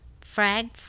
Frag